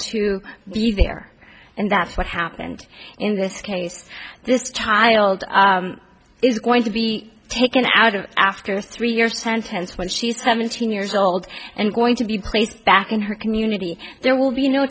to be there and that's what happened in this case this child is going to be taken out of after three years the sentence when she's seventeen years old and going to be placed back in her community there will be